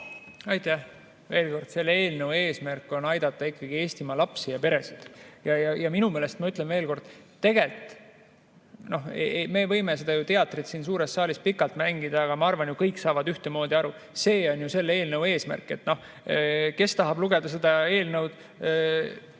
Aitäh! Veel kord, selle eelnõu eesmärk on aidata ikkagi Eestimaa lapsi ja peresid. Ja minu meelest, ma ütlen veel kord, et tegelikult me võime ju seda teatrit siin suures saalis pikalt mängida, aga ma arvan, et kõik saavad ühtemoodi aru, see on selle eelnõu eesmärk. Kes tahab lugeda seda eelnõu